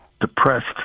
depressed